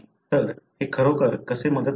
तर हे खरोखर कसे मदत करते